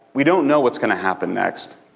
we don't know what's going to happen next.